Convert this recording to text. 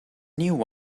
new